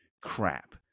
crap